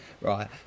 right